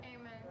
Amen